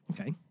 Okay